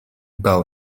bał